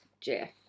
Jeff